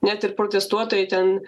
net ir protestuotojai ten